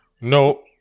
no